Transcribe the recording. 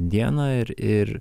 dieną ir ir